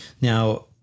Now